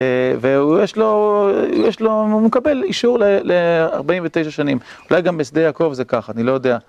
ויש לו, יש לו, הוא מקבל אישור ל-49 שנים, אולי גם בשדה יעקב זה כך, אני לא יודע.